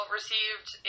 received